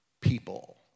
People